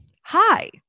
Hi